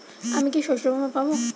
আমি কি শষ্যবীমা পাব?